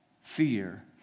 Fear